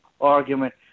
argument